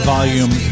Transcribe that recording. Volume